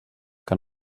que